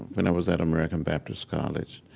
when i was at american baptist college.